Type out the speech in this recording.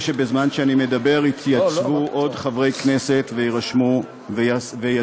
שבזמן שאני מדבר יתייצבו עוד חברי כנסת ויירשמו ויצביעו,